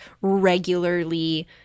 regularly